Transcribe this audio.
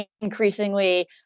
increasingly